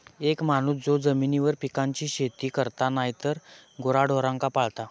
एक माणूस जो जमिनीवर पिकांची शेती करता नायतर गुराढोरांका पाळता